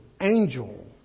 angel